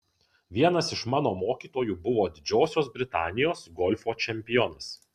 vienas iš mano mokytojų buvo didžiosios britanijos golfo čempionas